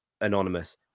anonymous